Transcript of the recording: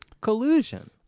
collusion